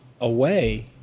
away